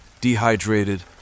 dehydrated